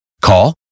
Call